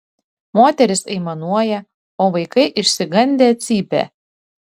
moterys aimanuoja o vaikai išsigandę cypia